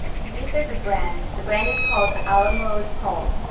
see if there's a brand the brand is called alamode home